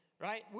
Right